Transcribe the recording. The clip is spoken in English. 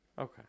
okay